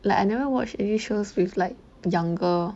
like I never watch shows with like younger